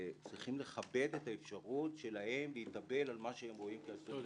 צריכים לכבד את האפשרות שלהם להתאבל על מה שהם רואים כאסון לאומי.